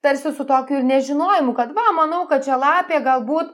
tarsi su tokiu ir nežinojimu kad va manau kad čia lapė galbūt